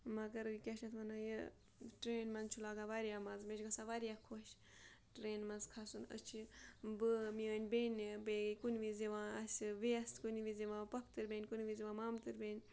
مگر کیٛاہ چھِ اَتھ وَنان یہِ ٹرٛینہِ منٛز چھُ لَگان واریاہ مَزٕ مےٚ چھِ گژھان واریاہ خۄش ٹرٛینہِ منٛز کھَسُن أسۍ چھِ بہٕ میٛٲنۍ بیٚنہِ کُنہِ بیٚیہِ وِز یِوان اَسہِ وٮ۪س کُنہِ وِز یِوان پۄپھتٕر بیٚنہِ کُنہِ وِز یِوان مامتٕر بیٚنہِ